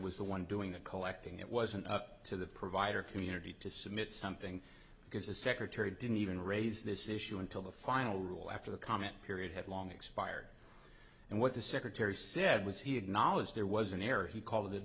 was the one doing the collecting it wasn't up to the provider community to submit something because the secretary didn't even raise this issue until the final rule after the comment period had long expired and what the secretary said was he acknowledged there was an error he called the